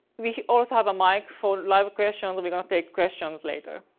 we also have a microphone, live questions. we're going to take questions later.